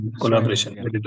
collaboration